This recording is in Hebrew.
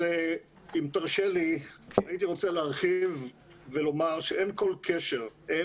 אם תרשה לי, הייתי רוצה להרחיב ולומר שאין כל קשר